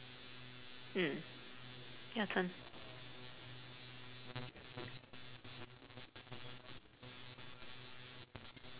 mm your turn